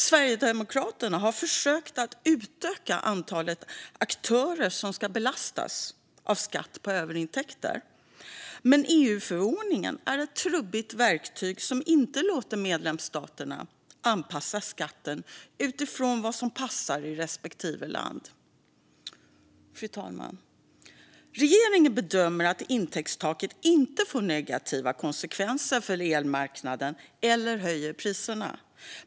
Sverigedemokraterna har försökt att utöka antalet aktörer som ska belastas av skatt på överintäkter, men EU-förordningen är ett trubbigt verktyg som inte låter medlemsstaterna anpassa skatten utifrån vad som passar i respektive land. Fru talman! Regeringen bedömer att intäktstaket inte får negativa konsekvenser för elmarknaden eller höjer priserna.